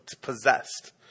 possessed